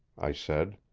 i said.